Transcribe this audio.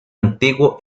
antiguo